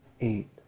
Eight